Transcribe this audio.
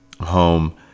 home